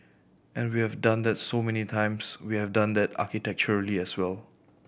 and we have done that so many times we have done that architecturally as well